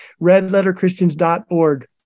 redletterchristians.org